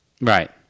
Right